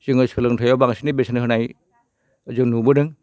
जोङो सोलोंथायाव बांसिनै बेसेन होनाय जों नुबोदों